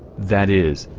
that is,